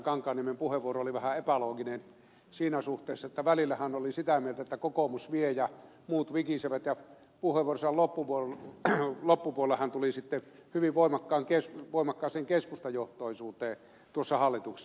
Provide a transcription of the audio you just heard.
kankaanniemen puheenvuoro oli vähän epälooginen siinä suhteessa että välillä hän oli sitä mieltä että kokoomus vie ja muut vikisevät ja puheenvuoronsa loppupuolella hän tuli sitten hyvin voimakkaaseen keskustajohtoisuuteen tuossa hallituksessa